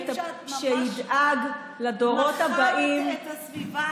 שידאג לדורות הבאים,